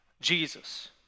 Jesus